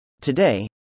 Today